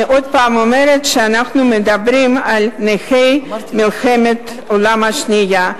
אני עוד פעם אומרת שאנחנו מדברים על נכי מלחמת העולם השנייה,